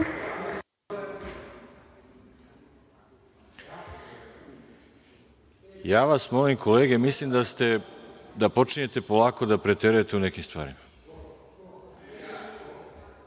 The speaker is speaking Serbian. vas kolege, mislim da počinjete polako da preterujete u nekim stvarima,